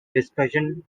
discussion